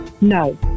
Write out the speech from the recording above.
No